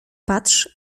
patrz